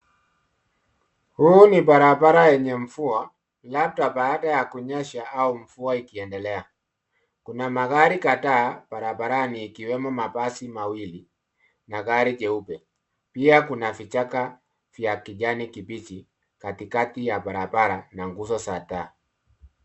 Hii ni barabara yenye mvua na hata baadaa ya au mvua ikiendelea. Lina magari kadhaa barabarani yakiwemo mabasi mawili na gari jeupe pia kuna kichaka ya kijani kibichi katikati ya barabara na guzo za taa